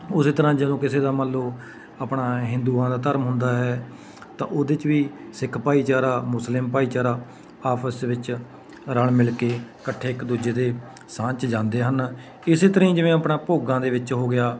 ਉਸੇ ਤਰ੍ਹਾਂ ਜਦੋਂ ਕਿਸੇ ਦਾ ਮੰਨ ਲਓ ਆਪਣਾ ਹਿੰਦੂਆਂ ਦਾ ਧਰਮ ਹੁੰਦਾ ਹੈ ਤਾਂ ਉਹਦੇ 'ਚ ਵੀ ਸਿੱਖ ਭਾਈਚਾਰਾ ਮੁਸਲਿਮ ਭਾਈਚਾਰਾ ਆਪਸ ਦੇ ਵਿੱਚ ਰਲ ਮਿਲ ਕੇ ਇਕੱਠੇ ਇੱਕ ਦੂਜੇ ਦੇ ਸਾਂਝ 'ਚ ਜਾਂਦੇ ਹਨ ਇਸੇ ਤਰ੍ਹਾਂ ਜਿਵੇਂ ਆਪਣਾ ਭੋਗਾਂ ਦੇ ਵਿੱਚ ਹੋ ਗਿਆ